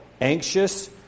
anxious